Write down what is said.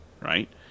right